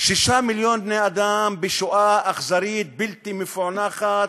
שישה מיליון בני-אדם, בשואה אכזרית, בלתי מפוענחת,